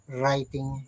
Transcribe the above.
writing